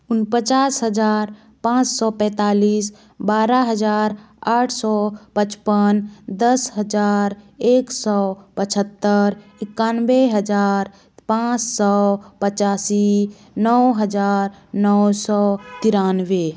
उन पचास हज़ार पाँच सौ पैतालीस बारह हज़ार आठ सौ पचपन दस हज़ार एक सौ पचहत्तर इकानवे हज़ार पाँच सौ पचासी नौ हज़ार नौ सौ तिरानवे